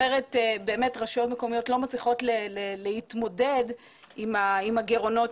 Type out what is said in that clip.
אחרת רשויות מקומיות לא מצליחות להתמודד עם הגירעונות